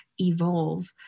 evolve